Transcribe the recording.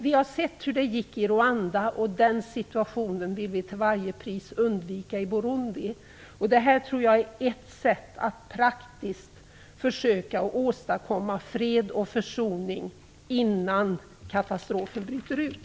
Vi har sett hur det gick i Rwanda, och den situationen vill vi till varje pris undvika i Burundi. Det här tror jag är ett sätt att praktiskt försöka åstadkomma fred och försoning innan katastrofen bryter ut.